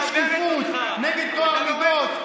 נגד שקיפות, נגד טוהר המידות?